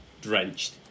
drenched